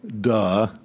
Duh